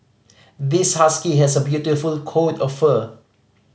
this husky has a beautiful coat of fur